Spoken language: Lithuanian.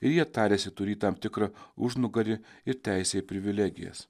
ir jie tariasi turį tam tikrą užnugarį ir teisę į privilegijas